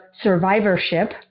survivorship